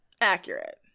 Accurate